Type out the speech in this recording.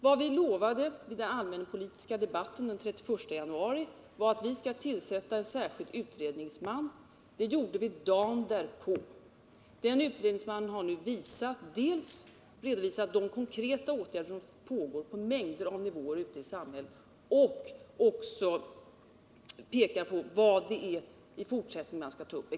Vad vi lovade i den allmänpolitiska debatten den 31 januari var att tillsätta en särskild utredningsman. Det gjorde vi dagen därpå. Denne har nu redovisat de konkreta åtgärder som pågår på mängder av nivåer ute i samhället och också pekat på vad det är som man i fortsättningen skall ta upp.